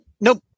Nope